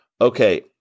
okay